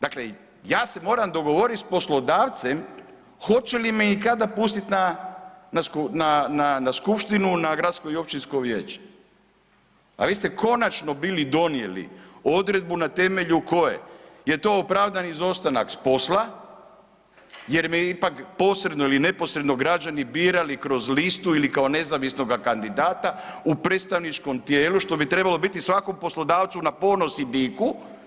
Dakle, ja se moram dogovoriti s poslodavcem hoće li me i kada pustiti na skupštinu, na gradsko i općinsko vijeće, a vi ste konačno bili donijeli odredbu na temelju koje je to opravdan izostanak s posla jer su me ipak posredno ili neposredno građani birali kroz listu ili kao nezavisnoga kandidata u predstavničkom tijelu, što bi trebalo biti svakom poslodavcu na ponos i diku.